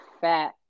fat